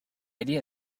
idea